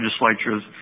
legislatures –